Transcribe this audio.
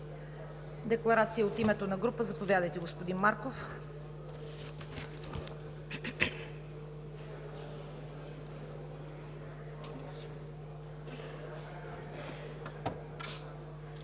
Декларация от името на група – заповядайте, господин Марков.